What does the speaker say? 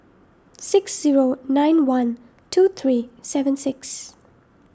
six zero nine one two three seven six